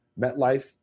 MetLife